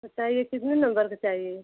बताइए कितने नम्बर का चाहिए